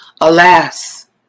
Alas